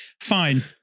fine